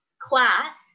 class